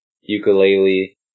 ukulele